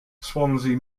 swansea